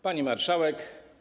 Pani Marszałek!